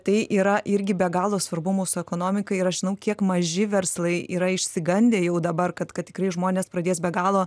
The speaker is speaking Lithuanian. tai yra irgi be galo svarbu mūsų ekonomikai ir aš žinau kiek maži verslai yra išsigandę jau dabar kad kad tikrai žmonės pradės be galo